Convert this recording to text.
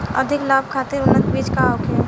अधिक लाभ खातिर उन्नत बीज का होखे?